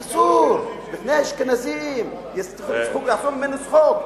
אסור, בפני האשכנזים, הם יעשו ממנו צחוק.